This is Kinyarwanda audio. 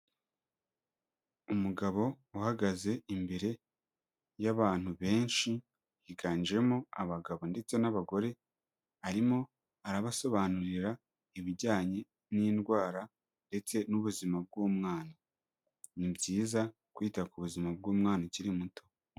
Umugabo uhagaze imbere y'abantu benshi, higanjemo abagabo ndetse n'abagore, arimo arabasobanurira ibijyanye n'indwara ndetse n'ubuzima bw'umwana, ni byiza kwita ku buzima bw'umwana ukiri muto.